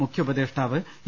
മുഖ്യ ഉപദേഷ്ടാവ് ഇ